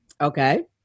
Okay